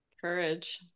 courage